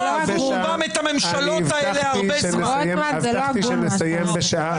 רוטמן, זה לא הגון מה שאתה עושה.